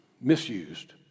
misused